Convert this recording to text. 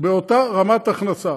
אותה רמת הכנסה.